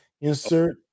insert